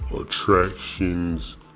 attractions